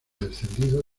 descendido